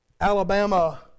Alabama